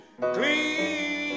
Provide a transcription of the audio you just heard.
Clean